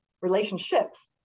relationships